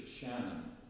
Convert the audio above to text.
Shannon